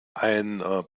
ein